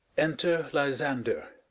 enter lysander.